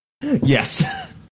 Yes